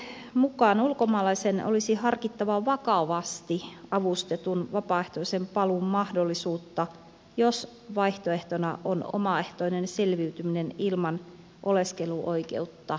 esityksen mukaan ulkomaalaisen olisi harkittava vakavasti avustetun vapaaehtoisen paluun mahdollisuutta jos vaihtoehtona on omaehtoinen selviytyminen ilman oleskeluoikeutta